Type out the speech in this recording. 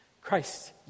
Christ